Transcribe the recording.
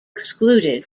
excluded